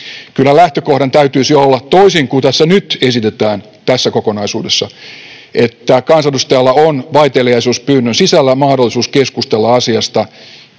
Kyllä lähtökohdan täytyisi olla — toisin kuin tässä kokonaisuudessa nyt esitetään — että kansanedustajalla on vaiteliaisuuspyynnön sisällä mahdollisuus keskustella asiasta